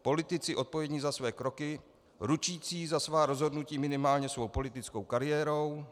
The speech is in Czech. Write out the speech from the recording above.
Politici odpovědní za své kroky, ručící za svá rozhodnutí minimálně svou politickou kariérou.